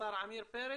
לשר עמיר פרץ,